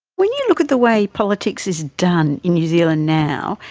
when you look at the way politics is done in new zealand now,